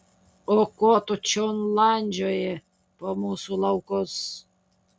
o ko tu čion landžioji po mūsų laukus